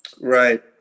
Right